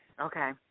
Okay